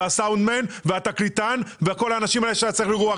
והסאונדמן והתקליטן וכל האנשים שהיו צריכים להיות באירוע?